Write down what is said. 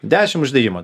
dešim uždėjimų